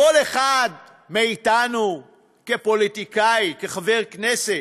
כל אחד מאתנו, כפוליטיקאי, כחבר הכנסת,